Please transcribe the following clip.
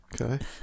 Okay